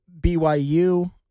BYU